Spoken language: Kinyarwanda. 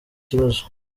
kibazo